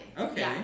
Okay